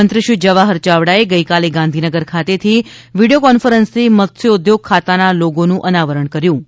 મંત્રીશ્રી જવાહર યાવડાએ ગઇકાલે ગાંધીનગર ખાતેથી વિડીયો કોન્ફરન્સથી મત્સ્યોદ્યોગ ખાતાના લોગોનું અનાવરણ કર્યું હતું